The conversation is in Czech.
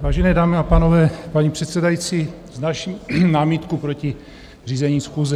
Vážené dámy a pánové, paní předsedající, vznáším námitku proti řízení schůze.